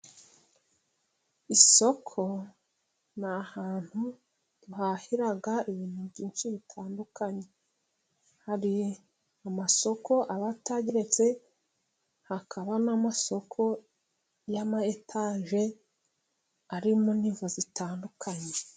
Isoko ni ahantu duhahira ibintu byinshi bitandukanye. Hari amasoko aba atageretse， hakaba n'amasoko y’amayetaje， arimo nivo zitandukanye.